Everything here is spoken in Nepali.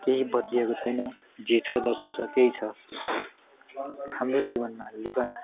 केही बदलिएको छैन जे छ जसो छ त्यही छ हाम्रो जीवनमा लुगा